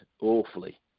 awfully